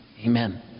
Amen